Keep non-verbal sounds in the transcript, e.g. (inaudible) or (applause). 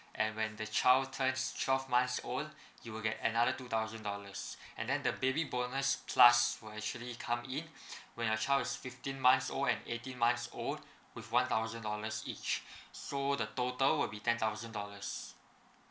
and when the child turns twelve months old (breath) you will get another two thousand dollars (breath) and then the baby bonus plus will actually come in (breath) when your child is fifteen months old and eighteen months old (breath) with one thousand dollars each (breath) so the total will be ten thousand dollars